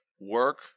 work